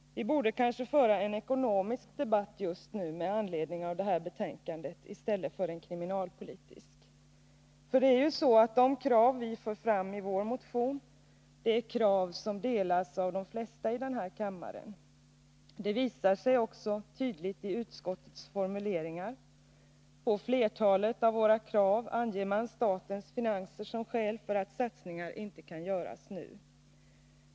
Vi borde kanske just nu med anledning av det här betänkandet föra en ekonomisk debatt i stället för en kriminalpolitisk. De krav som vi för fram i vår motion är ju krav som delas av de flesta i den här kammaren. Det visar sig också tydligt i utskottets formuleringar; för flertalet av våra krav anger man statens finanser som skäl för att satsningar inte kan göras nu.